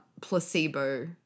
placebo